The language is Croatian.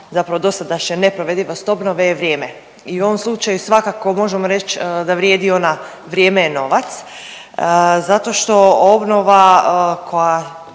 zapravo dosadašnje neprovedivost obnove je vrijeme i u ovom slučaju svakako možemo reći da vrijedi ona vrijeme je novac, zato što obnova koja